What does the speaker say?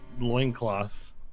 loincloth